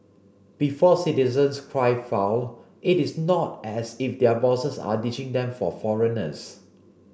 before citizens cry foul it is not as if their bosses are ditching them for foreigners